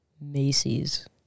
Macy's